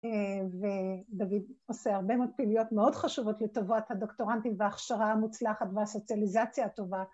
‫ודוד עושה הרבה מאוד פעילויות ‫מאוד חשובות לטובת הדוקטורנטים ‫וההכשרה המוצלחת ‫והסוציאליזציה הטובה.